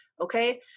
okay